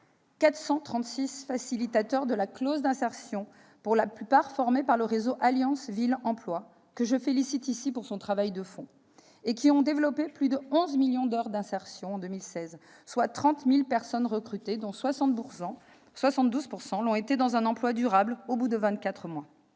436 facilitateurs de la clause sociale d'insertion, pour la plupart formés par le réseau Alliance Villes Emploi- que je félicite ici pour son travail de fond -, ont développé plus de 11 millions d'heures d'insertion en 2016, soit 30 000 personnes recrutées- dont 72 % dans un emploi durable au bout de 24 mois.